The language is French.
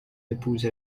épouse